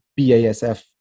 BASF